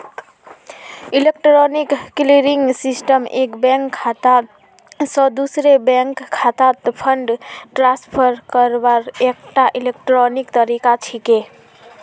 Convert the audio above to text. electronic clearing system एक bank खाता स दूसरे बैंक खातात फंड ट्रांसफर करवार एकता इलेक्ट्रॉनिक तरीका छिके